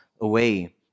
away